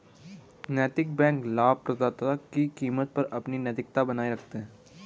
नैतिक बैंक लाभप्रदता की कीमत पर अपनी नैतिकता बनाए रखते हैं